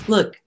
Look